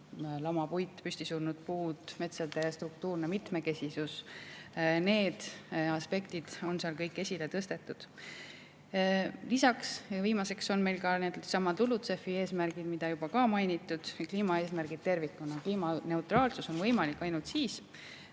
lamapuit, püsti surnud puud, metsade struktuurne mitmekesisus –, need aspektid on seal kõik esile tõstetud. Viimaseks ütlen, et meil on needsamad LULUCF‑i eesmärgid, mida juba on mainitud, ja kliimaeesmärgid tervikuna. Kliimaneutraalsus on võimalik ainult siis,